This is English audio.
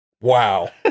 wow